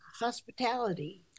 hospitality